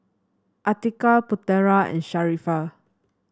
Atiqah Putera and Sharifah